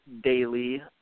daily